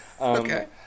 Okay